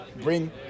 bring